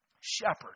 shepherd